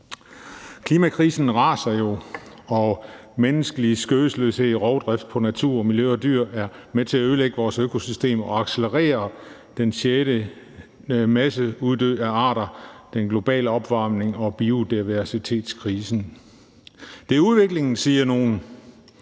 Klimakrisen raser jo, og menneskelig skødesløshed og rovdrift på natur, miljø og dyr er med til at ødelægge vores økosystemer og accelerere den sjette masseuddøen af arter, den globale opvarmning og biodiversitetskrisen. Det er udviklingen, siger nogle.